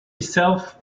itself